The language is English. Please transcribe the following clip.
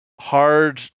hard